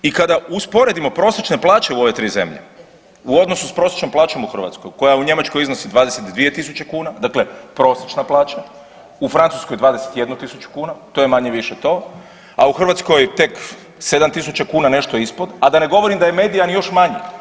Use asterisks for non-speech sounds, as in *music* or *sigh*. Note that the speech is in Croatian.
I kada usporedimo prosječne plaće u ove tri zemlje u odnosu s prosječnom plaćom u Hrvatskoj koja u Njemačkoj iznosi 22.000, dakle prosječna plaća, u Francuskoj 21.000 kuna to je manje-više to, a u Hrvatskoj tek 7.000 kuna ….… nešto ispod, a da ne govorim da je … *unintelligible* još manji.